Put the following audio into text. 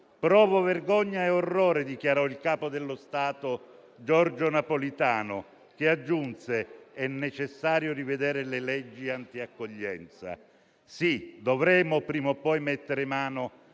«Provo vergogna e orrore», dichiarò il capo dello Stato, Giorgio Napolitano, che aggiunse: «è necessario rivedere le leggi anti-accoglienza». Sì, dovremmo prima o poi mettere mano